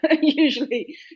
usually